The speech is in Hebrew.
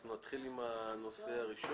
אנחנו נתחיל עם הנושא הראשון